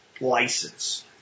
license